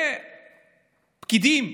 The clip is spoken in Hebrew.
ופקידים,